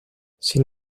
sin